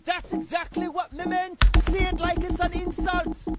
that's exactly what me meant! say it like it's an insult!